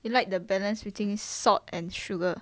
you like the balance between salt and sugar